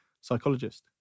psychologist